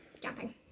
Jumping